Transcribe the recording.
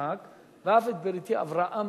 יצחק ואף את בריתי אברהם